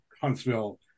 Huntsville